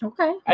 Okay